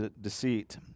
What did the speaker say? deceit